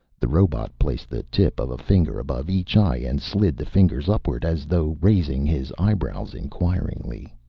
the robot placed the tip of a finger above each eye and slid the fingers upward, as though raising his eyebrows inquiringly.